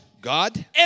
God